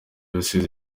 rusizi